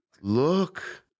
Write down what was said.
Look